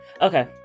Okay